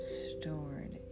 stored